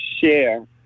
share